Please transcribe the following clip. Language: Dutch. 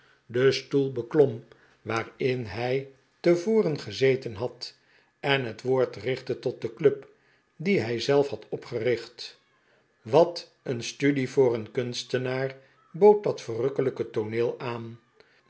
den stoel beklom waarin hij te voren gezeten had en het woord richtte tot de club die hij zelf had opgerieht wat een studie voor een kunstehaar hood dat verrukkelijke tooneel aanl